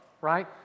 Right